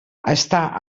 està